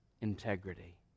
integrity